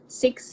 six